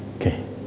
Okay